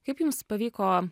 kaip jums pavyko